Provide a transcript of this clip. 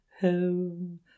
home